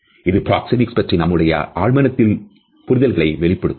இது பிராக்சேமிக்ஸ் பற்றி நம்முடைய ஆழ்மனத்தின் புரிதல்களை வெளிப்படுத்தும்